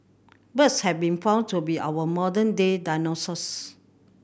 birds have been found to be our modern day dinosaurs